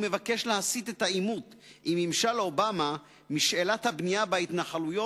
הוא מבקש להסיט את העימות עם ממשל אובמה משאלת הבנייה בהתנחלויות,